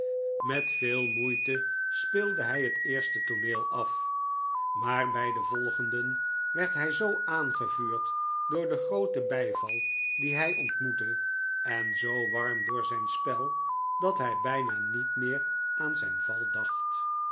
met veel moeite speelde hij het eerste tooneel maar bij de volgenden werd hij zoo aangevuurd door den grooten bijval dien hij ontmoette en zoo warm door zijn spel dat hij bijna niet meer aan zijn val dacht